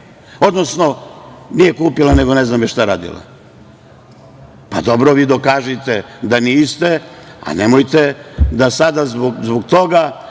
odnosno, nije kupila, ne znam šta radila. Dobro, vi dokažite da niste, a nemojte da sada zbog toga,